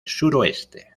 suroeste